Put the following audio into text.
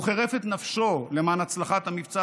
הוא חירף את נפשו למען הצלחת המבצע,